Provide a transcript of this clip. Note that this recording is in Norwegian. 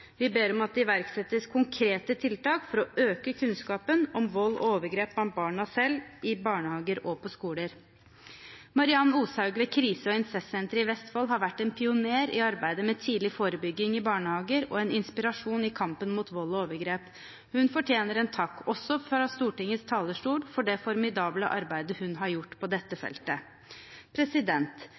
Vi ber om at det iverksettes konkrete tiltak for å øke kunnskapen om vold og overgrep blant barna, selv i barnehager og på skoler. Mary-Ann Oshaug ved Incestsenteret i Vestfold har vært en pioner i arbeidet med tidlig forebygging i barnehager og er en inspirasjon i kampen mot vold og overgrep. Hun fortjener en takk – også fra Stortingets talerstol – for det formidable arbeidet hun har gjort på dette feltet.